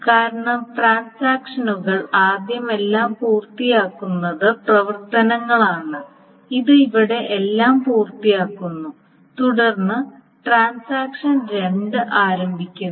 കാരണം ട്രാൻസാക്ഷനുകൾ ആദ്യം എല്ലാം പൂർത്തിയാക്കുന്നത് പ്രവർത്തനങ്ങളാണ് ഇത് ഇവിടെ എല്ലാം പൂർത്തിയാക്കുന്നു തുടർന്ന് ട്രാൻസാക്ഷൻ 2 ആരംഭിക്കുന്നു